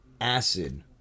acid